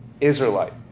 Israelite